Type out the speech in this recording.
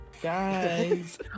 Guys